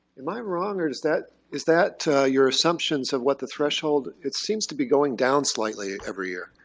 am i wrong, or is that is that your assumptions of what the threshold it seems to be going down slightly every year.